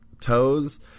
toes